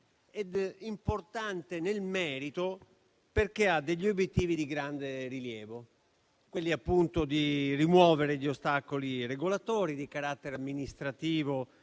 e importante nel merito, perché ha degli obiettivi di grande rilievo. Tali obiettivi sono, appunto, quelli di rimuovere gli ostacoli regolatori di carattere amministrativo